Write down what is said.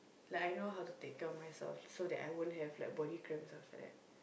like I know how to take care of myself so that I won't have like body cramps after that